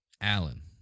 Alan